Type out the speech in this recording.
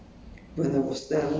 which is what I like lah